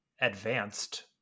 advanced